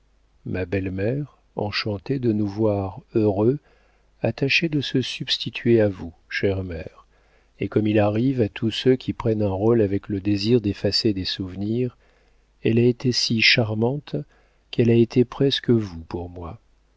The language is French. ma belle-mère enchantée de nous voir heureux a tâché de se substituer à vous chère mère et comme il arrive à tous ceux qui prennent un rôle avec le désir d'effacer des souvenirs elle a été si charmante qu'elle a été presque vous pour moi